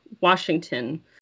Washington